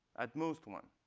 at most, one.